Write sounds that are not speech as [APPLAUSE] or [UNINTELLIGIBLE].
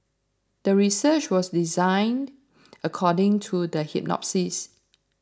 the research was designed according to the [UNINTELLIGIBLE]